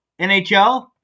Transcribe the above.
NHL